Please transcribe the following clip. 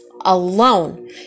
alone